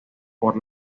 por